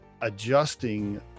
adjusting